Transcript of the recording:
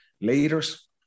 leaders